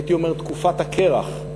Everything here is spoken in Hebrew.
הייתי אומר, תקופת הקרח,